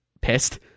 pissed